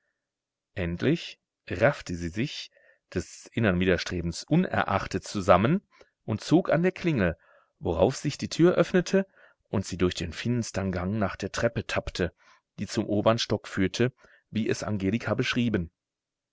endlich raffte sie sich des innern widerstrebens unerachtet zusammen und zog an der klingel worauf sich die tür öffnete und sie durch den finstern gang nach der treppe tappte die zum obern stock führte wie es angelika beschrieben